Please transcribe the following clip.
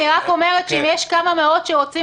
אני רק אומרת שאם יש כמה מאות שרוצים